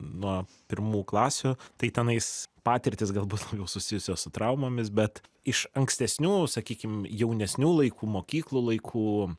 nuo pirmų klasių tai tenais patirtys galbūt labiau susijusios su traumomis bet iš ankstesnių sakykim jaunesnių laikų mokyklų laikų